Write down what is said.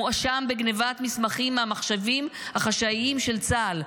מואשם בגנבת מסמכים מהמחשבים החשאיים של צה"ל.